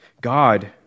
God